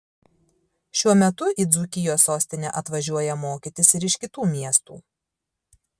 šiuo metu į dzūkijos sostinę atvažiuoja mokytis ir iš kitų miestų